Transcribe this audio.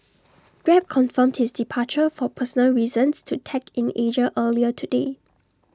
grab confirmed his departure for personal reasons to tech in Asia earlier today